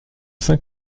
saint